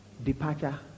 departure